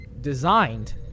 designed